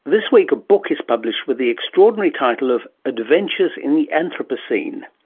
this week a book is published with the extraordinary title of adventures in the anthropocene.